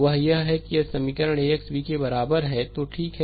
वह यह है कि यदि समीकरण AX B के बराबर है तो ठीक है